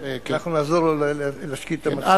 כן, אנחנו נעזור לו להשקיט את המצפון.